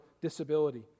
disability